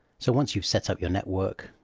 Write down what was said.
so once you've set up your network,